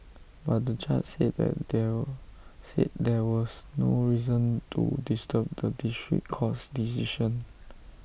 but the judge said that there said there was no reason to disturb the district court's decision